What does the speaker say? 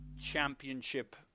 championship